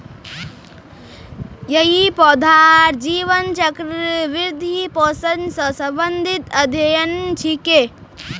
यई पौधार जीवन चक्र, वृद्धि, पोषण स संबंधित अध्ययन छिके